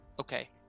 okay